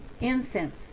incense